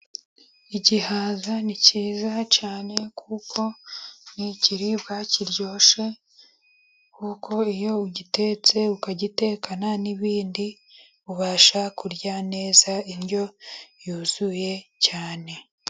Igihaza ni cyiza cyane kuko n'ikiriribwa kiryoshe, kuko iyo ugitetse ukagitekana n'ibindi ubasha kurya neza indyo yuzuye cyane.